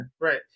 Right